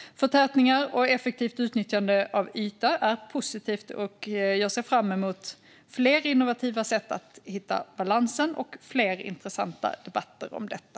Förtätningar och effektivt utnyttjande av yta är positivt, och jag ser fram emot fler debatter om innovativa sätt att hitta balansen i detta.